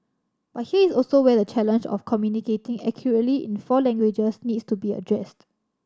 but here is also where the challenge of communicating accurately in four languages needs to be addressed